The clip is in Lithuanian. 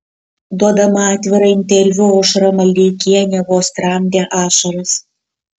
duodama atvirą interviu aušra maldeikienė vos tramdė ašaras